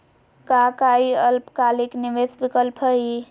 का काई अल्पकालिक निवेस विकल्प हई?